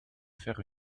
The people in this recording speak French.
faire